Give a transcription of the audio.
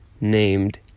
named